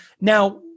now